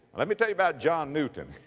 let me tell you about john newton.